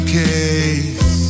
case